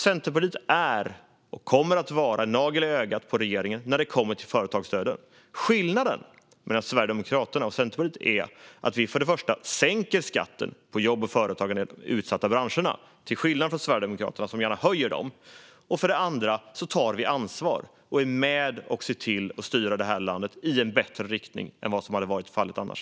Centerpartiet är och kommer att vara en nagel i ögat på regeringen när det kommer till företagsstöden. Skillnaden mellan Sverigedemokraterna och Centerpartiet är för det första att vi sänker skatten på jobb och företagande i de utsatta branscherna medan Sverigedemokraterna gärna höjer dem, för det andra att vi tar ansvar och är med och ser till att styra det här landet i en bättre riktning än vad som hade varit fallet annars.